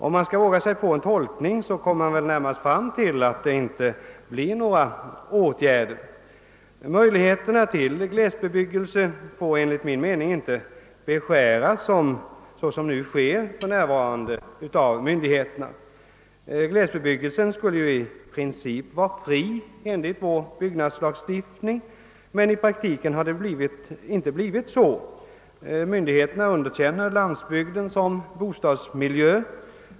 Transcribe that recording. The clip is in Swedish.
Om jag skail våga mig på en tolkning av svaret kommer jag närmast fram till att några åtgärder icke blir vidtagna. Möjligheterna till glesbebyggelse får enligt min mening inte beskäras av myndigheterna på sätt som nu sker. Enligt vår byggnadslagstiftning skall glesbebyggelsen i princip vara fri, men i praktiken har det inte blivit så. Myndigheterna underkänner landsbygden .som bostadsmiljö.